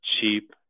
cheap